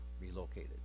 relocated